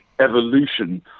evolution